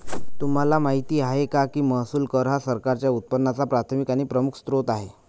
तुम्हाला माहिती आहे का की महसूल कर हा सरकारच्या उत्पन्नाचा प्राथमिक आणि प्रमुख स्त्रोत आहे